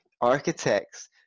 architects